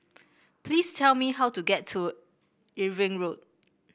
please tell me how to get to Irving Road